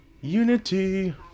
Unity